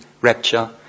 rapture